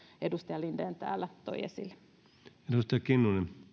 edustaja linden täällä toi esille